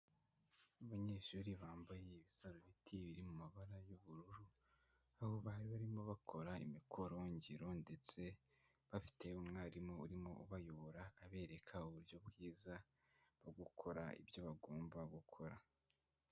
Abanyeshuri bambaye ibisarubeti biri mu mabara y'ubururu, aho bari barimo bakora imikoro ngiro ndetse bafite umwarimu urimo ubayobora abereka uburyo bwiza bwo gukora ibyo bagomba gukora.